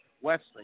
Wesley